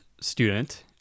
student